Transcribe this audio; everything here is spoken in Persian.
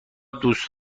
دوست